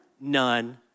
none